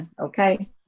okay